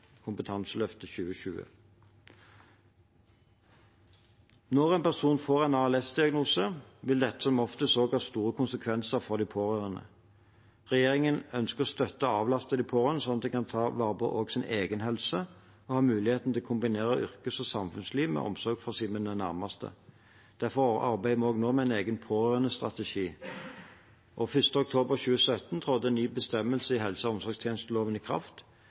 store konsekvenser for de pårørende. Regjeringen ønsker å støtte og avlaste de pårørende, slik at de også kan ta vare på sin egen helse og ha mulighet til å kombinere yrkes- og samfunnsliv med omsorg for sine nære. Derfor arbeider vi nå med en egen pårørendestrategi. Den 1. oktober 2017 trådte en ny bestemmelse i helse- og omsorgstjenesteloven i kraft.